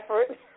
effort